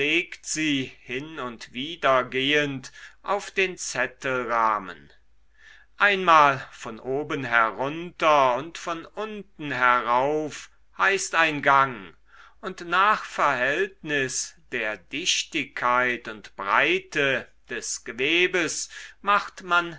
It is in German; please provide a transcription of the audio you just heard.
hin und wider gehend auf den zettelrahmen einmal von oben herunter und von unten herauf heißt ein gang und nach verhältnis der dichtigkeit und breite des gewebes macht man